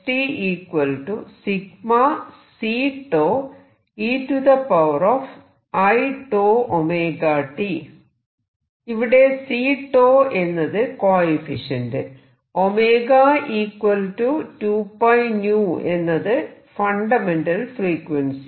x ∑Ceiτωt ഇവിടെ C𝞽 എന്നത് coefficient 𝞈 2𝞹𝞶 എന്നത് ഫണ്ടമെന്റൽ ഫ്രീക്വൻസി